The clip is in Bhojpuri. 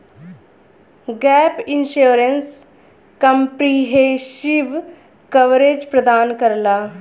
गैप इंश्योरेंस कंप्रिहेंसिव कवरेज प्रदान करला